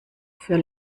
für